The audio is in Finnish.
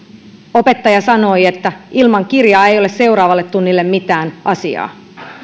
opettaja sanoi että ilman kirjaa ei ole seuraavalle tunnille mitään asiaa